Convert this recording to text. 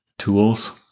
tools